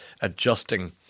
adjusting